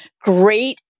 great